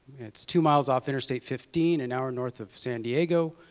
it's two miles off interstate fifteen, an hour north of san diego,